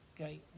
Okay